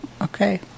okay